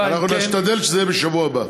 אנחנו נשתדל שזה יהיה בשבוע הבא.